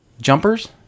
Jumpers